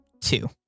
two